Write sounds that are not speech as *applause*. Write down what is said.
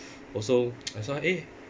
also *noise* I saw eh